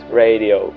radio